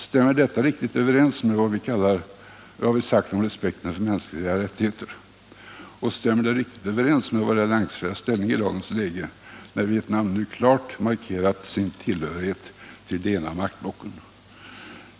Stämmer detta riktigt överens med vad vi sagt om respekt för mänskliga rättigheter? Och stämmer det riktigt överens med vår alliansfria ställning i dagens läge, när Vietnam nu klart markerat sin tillhörighet till det ena av maktblocken?